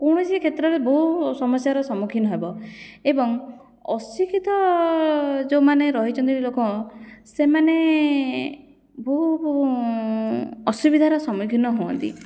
କୌଣସି କ୍ଷେତ୍ରରେ ବହୁ ସମସ୍ୟାର ସମ୍ମୁଖୀନ ହେବ ଏବଂ ଅଶିକ୍ଷିତ ଯୋଉଁମାନେ ରହିଛନ୍ତି ଲୋକ ସେମାନେ ବହୁ ଅସୁବିଧାର ସମ୍ମୁଖୀନ ହୁଅନ୍ତି